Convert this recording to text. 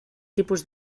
tipus